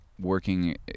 working